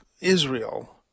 Israel